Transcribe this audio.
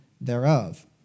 thereof